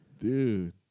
dude